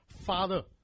father